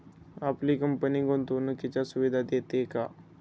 आपली कंपनी गुंतवणुकीच्या सुविधा देते का?